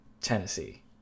Tennessee